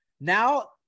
Now